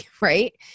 Right